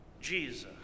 Jesus